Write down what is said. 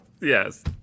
Yes